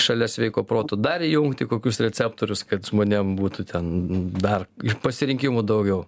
šalia sveiko proto dar įjungti kokius receptorius kad žmonėm būtų ten dar ir pasirinkimų daugiau